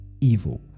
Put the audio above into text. evil